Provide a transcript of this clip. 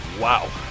wow